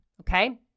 okay